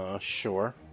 Sure